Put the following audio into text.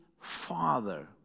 Father